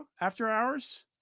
After-hours